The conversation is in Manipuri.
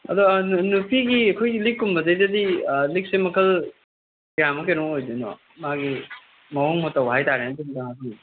ꯑꯗꯣ ꯅꯨꯄꯤꯒꯤ ꯑꯩꯈꯣꯏꯒꯤ ꯂꯤꯡꯀꯨꯝꯕꯁꯤꯗꯗꯤ ꯂꯤꯛꯁꯦ ꯃꯈꯜ ꯀꯌꯥꯃꯨꯛ ꯀꯩꯅꯣ ꯑꯣꯏꯗꯣꯏꯅꯣ ꯃꯥꯒꯤ ꯃꯑꯣꯡ ꯃꯇꯧ ꯍꯥꯏ ꯇꯥꯔꯦ ꯑꯗꯨ ꯑꯝꯇ ꯍꯥꯏꯕꯤꯌꯨ